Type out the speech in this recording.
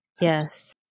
yes